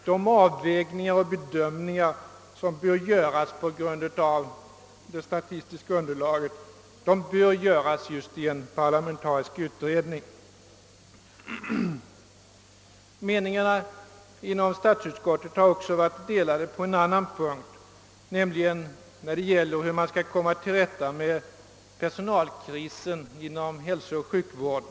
De avvägningar och bedömningar som bör göras på det statistiska underlaget bör göras just i en parlamentarisk utredning. Meningarna inom statsutskottet har också varit delade på en annan punkt: hur man skall komma till rätta med personalkrisen inom hälsooch sjukvården?